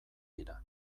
dira